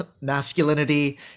masculinity